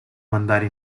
mandare